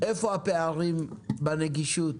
איפה הפערים בנגישות